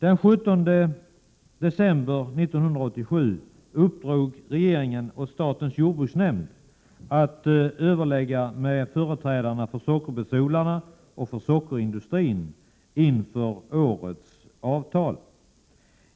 Den 17 december 1987 uppdrog regeringen åt statens jordbruksnämnd att överlägga med företrädarna för sockerbetsodlarna och sockerindustrin inför årets avtal.